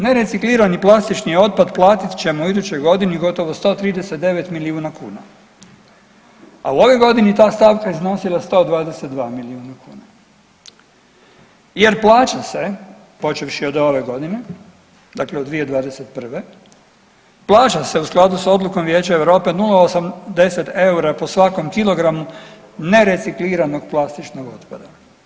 Nereciklirani plastični otpad platit ćemo u idućoj godini gotovo 139 milijuna kuna, a u ovoj godini ta stavka je iznosila 122 milijuna kuna jer plaća se počevši od ove godine dakle od 2021., plaća se u skladu s odlukom Vijeća Europe 0,80 eura po svakom kilogramu nerecikliranog plastičnog otpada.